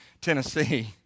Tennessee